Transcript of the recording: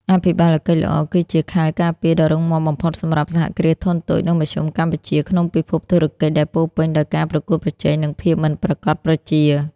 អភិបាលកិច្ចល្អគឺជា "ខែលការពារ" ដ៏រឹងមាំបំផុតសម្រាប់ សហគ្រាសធុនតូច និងមធ្យម កម្ពុជា ក្នុងពិភពធុរកិច្ចដែលពោរពេញដោយការប្រកួតប្រជែង និងភាពមិនប្រាកដប្រជា។